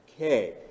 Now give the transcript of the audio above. Okay